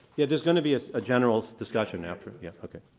yeah, there's going to be a general discussion after yeah, okay.